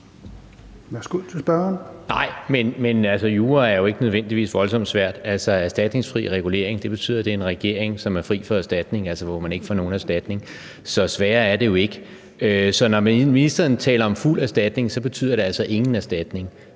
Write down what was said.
Jørgensen (V): Nej, men jura er jo ikke nødvendigvis voldsomt svært. Altså, erstatningsfri regulering betyder, at det er en regering, som er fri for at betale erstatning, altså hvor man ikke får nogen erstatning. Så sværere er det jo ikke. Så når ministeren taler om fuld erstatning, betyder det altså ingen erstatning,